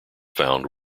found